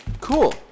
Cool